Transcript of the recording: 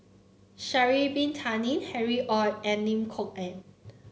Sha'ari Bin Tadin Harry Ord and Lim Kok Ann